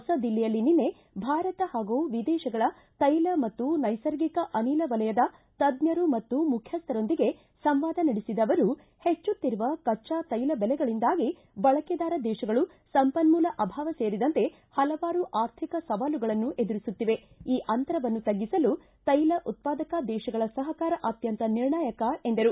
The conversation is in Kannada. ಹೊಸ ದಿಲ್ಲಿಯಲ್ಲಿ ನಿನ್ನೆ ಭಾರತ ಹಾಗೂ ವಿದೇಶಗಳ ತೈಲ ಮತ್ತು ನೈಸರ್ಗಿಕ ಅನಿಲ ವಲಯದ ತಜ್ಞರು ಮತ್ತು ಮುಖ್ಯಸ್ಥರೊಂದಿಗೆ ಸಂವಾದ ನಡೆಸಿದ ಅವರು ಹೆಚ್ಚುತ್ತಿರುವ ಕಚ್ಡಾತ್ಯೆಲ ಬೆಲೆಗಳಿಂದಾಗಿ ಬಳಕೆದಾರ ದೇಶಗಳು ಸಂಪನ್ನೂಲ ಅಭಾವ ಸೇರಿದಂತೆ ಹಲವಾರು ಅರ್ಥಿಕ ಸವಾಲುಗಳನ್ನು ಎದುರಿಸುತ್ತಿವೆ ಈ ಅಂತರವನ್ನು ತಗ್ಗಿಸಲು ತೈಲ ಉತ್ತಾದಕ ದೇಶಗಳ ಸಹಕಾರ ಅತ್ಯಂತ ನಿರ್ಣಾಯಕ ಎಂದರು